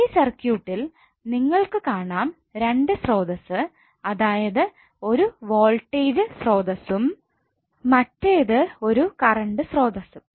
ഈ സർക്യൂട്ടിൽനിങ്ങൾക്ക് കാണാം രണ്ട് സ്രോതസ്സ് അതായത് ഒരു വോൾട്ടേജ് സ്രോതസ്സും മറ്റേത് ഒരു കറണ്ട് സ്രോതസ്സും